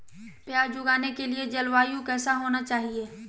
प्याज उगाने के लिए जलवायु कैसा होना चाहिए?